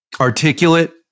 articulate